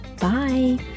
Bye